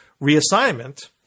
reassignment